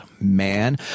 man